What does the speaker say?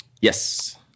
Yes